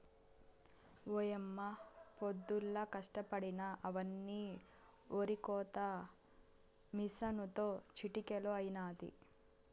ఓయమ్మ పొద్దుల్లా కష్టపడినా అవ్వని ఒరికోత మిసనుతో చిటికలో అయినాది